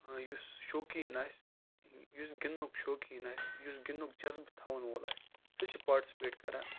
یُس شوقیٖن آسہِ یُس گِنٛدنُک شوقیٖن آسہِ یُس گِنٛدنُک جَزبہٕ تھاوَن وول آسہِ سُہ چھُ پاٹِسِپیٹ کَران